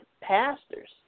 pastors